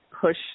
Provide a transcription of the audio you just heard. push